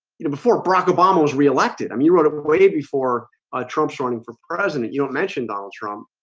you know before brock obama was reelected. i'm you wrote up way before trump's running for president. you don't mention donald trump